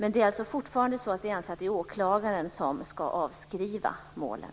Vi anser alltså fortfarande att det är åklagaren som ska avskriva målen.